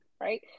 Right